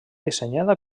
dissenyada